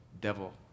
devil